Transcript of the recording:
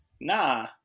nah